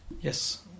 Yes